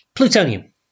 Plutonium